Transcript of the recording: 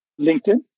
LinkedIn